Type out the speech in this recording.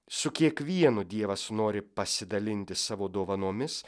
su kiekvienu dievas nori pasidalinti savo dovanomis